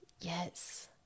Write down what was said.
Yes